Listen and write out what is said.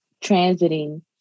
transiting